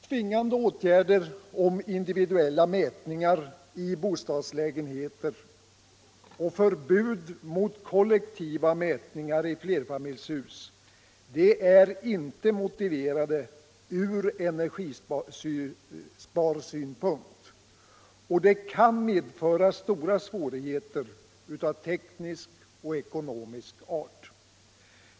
Tvingande åtgärder om individuella mätningar i bostadslägenheter och förbud mot kollektiva mätningar i flerfamiljshus är inte motiverade ur energisparsynpunkt och kan medföra stora svårigheter av teknisk och ekonomisk art.